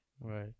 Right